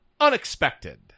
unexpected